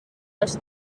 els